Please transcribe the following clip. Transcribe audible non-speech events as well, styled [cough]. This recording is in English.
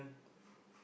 [breath]